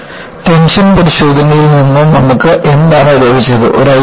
tension പരിശോധനയിൽ നിന്ന് നമ്മൾക്ക് എന്താണ് ലഭിച്ചത്